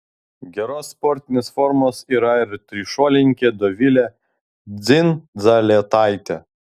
geros sportinės formos yra ir trišuolininkė dovilė dzindzaletaitė